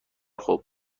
خوب